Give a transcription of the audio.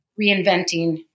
reinventing